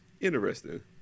interesting